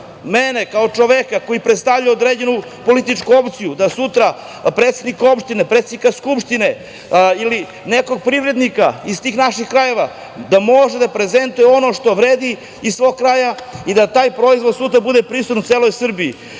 mene kao čoveka koji predstavlja određenu političku opciju, da sutra predsednik opštine, predsednik Skupštine ili neki privrednik iz tih naših krajeva da može da prezentuje ono što vredi iz svog kraja i da taj proizvod sutra bude prisutan u celoj Srbiji. Mislim